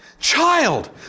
Child